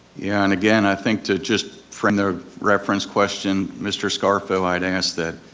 yeah, and again i think to just, from the reference question, mr. scarfo, i'd ask that